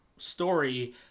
Story